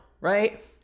right